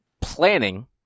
planning